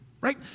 Right